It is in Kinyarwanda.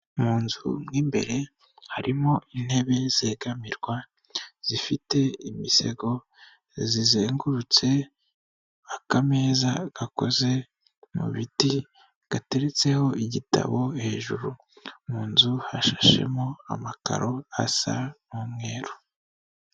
Mu nzu mo imbere harimo intebe zegamirwa zifite imisego zizengurutse akameza gakoze mu biti gateretseho igitabo hejuru. Mu nzu hashashemo amakaro asa n'umweru.